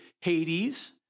Hades